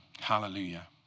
Hallelujah